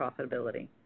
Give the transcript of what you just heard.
profitability